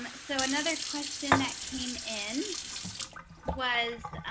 um so another question that came in was,